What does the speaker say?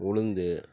உளுந்து